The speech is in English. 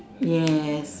yes